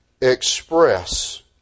express